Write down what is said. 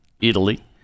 Italy